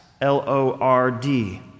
L-O-R-D